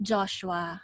Joshua